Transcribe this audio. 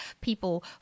people